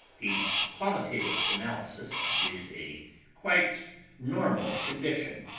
the qualitative analysis gives a quite normal condition,